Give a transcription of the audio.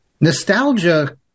Nostalgia